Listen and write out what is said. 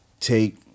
take